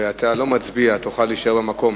הרי אתה לא מצביע, תוכל להישאר במקום.